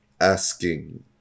asking